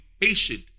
patient